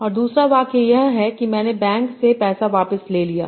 और दूसरा वाक्य यह है कि मैंने बैंक से पैसा वापस ले लिया